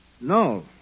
No